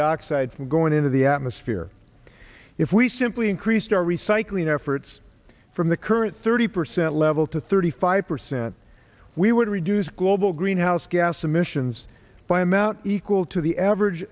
dioxide from going into the atmosphere if we simply increased our recycling efforts from the current thirty percent level to thirty five percent we would reduce global greenhouse gas emissions by amount equal to the average